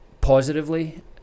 positively